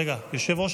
רגע, יושב-ראש